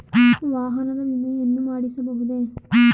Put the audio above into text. ವಾಹನದ ವಿಮೆಯನ್ನು ಮಾಡಿಸಬಹುದೇ?